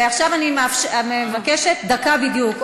עכשיו אני מבקשת: דקה בדיוק.